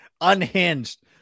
unhinged